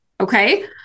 Okay